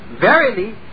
Verily